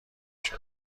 شده